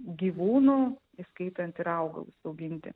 gyvūnų įskaitant ir augalus auginti